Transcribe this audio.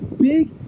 big